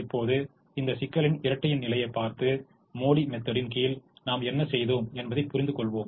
இப்போது இந்த சிக்கலின் இரட்டையின் நிலையைப் பார்த்து மோடி மெத்தெடின் கீழ் நாம் என்ன செய்தோம் என்பதைப் புரிந்துகொள்வோம்